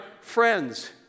friends